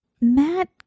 Matt